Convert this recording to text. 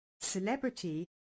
celebrity